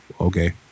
okay